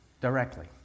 directly